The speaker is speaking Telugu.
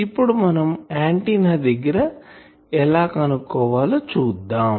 ఇప్పుడు మనం ఆంటిన్నా దగ్గర ఎలా కనుక్కోవాలో చూద్దాం